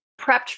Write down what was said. prepped